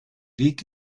weg